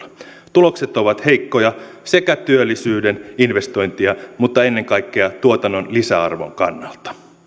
tulokset ovat heikkoja sekä työllisyyden investointien mutta ennen kaikkea tuotannon lisäarvon kannalta